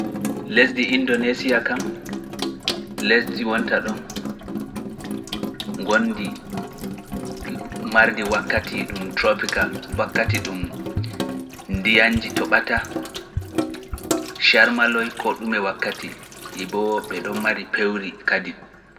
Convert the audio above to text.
Lesdi indonesiya kam don mari wakkati dun ndiyamji, sharmaloyn e pewri